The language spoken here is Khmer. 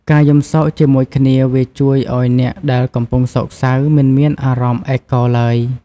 ការយំសោកជាមួយគ្នាវាជួយឱ្យអ្នកដែលកំពុងសោកសៅមិនមានអារម្មណ៍ឯកោឡើយ។